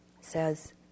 says